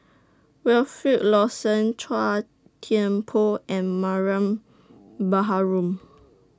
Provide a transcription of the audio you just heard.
Wilfed Lawson Chua Thian Poh and Mariam Baharom